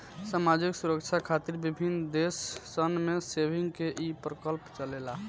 सामाजिक सुरक्षा खातिर विभिन्न देश सन में सेविंग्स के ई प्रकल्प चलेला